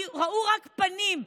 ראו רק פנים,